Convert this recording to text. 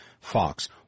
Fox